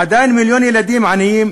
עדיין מיליון ילדים עניים,